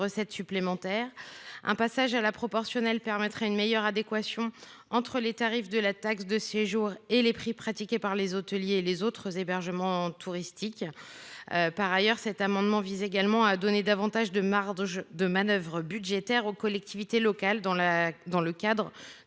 de tourisme. Un passage à la proportionnelle permettrait une meilleure adéquation entre les tarifs de la taxe de séjour et les prix pratiqués par les hôteliers et les autres fournisseurs d’hébergements touristiques. Par ailleurs, cet amendement vise également à conférer davantage de marges de manœuvre budgétaires aux collectivités locales dans le cadre de